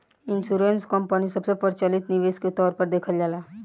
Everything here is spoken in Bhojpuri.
इंश्योरेंस कंपनी सबसे प्रचलित निवेश के तौर पर देखल जाला